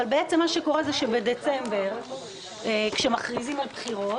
אבל בעצם מה שקורה הוא שבדצמבר כשמכריזים על בחירות